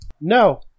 No